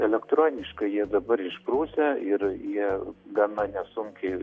elektroniškai jie dabar išprusę ir jie gana nesunkiai